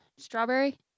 Strawberry